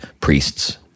priests